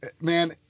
man